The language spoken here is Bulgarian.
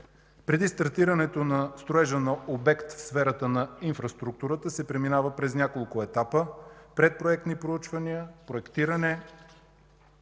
преди стартирането на строежа на обект в сферата на инфраструктурата се преминава през няколко етапа – предпроектни проучвания, проектиране,